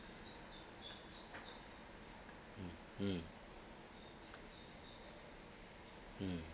mm mm mm